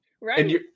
Right